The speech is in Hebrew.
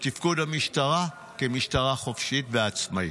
לתפקוד המשטרה כמשטרה חופשית ועצמאית.